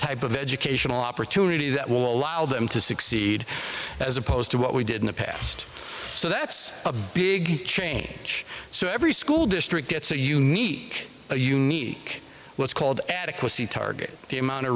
type of educational opportunity that will allow them to succeed as opposed to what we did in the past so that's a big change so every school district gets a unique a unique what's called adequacy target the amount of